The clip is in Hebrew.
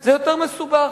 זה יותר מסובך,